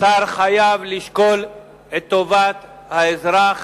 השר חייב לשקול את טובת האזרח